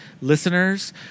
listeners